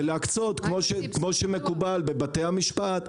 ולהקצות כמו שמקובל בבתי המשפט,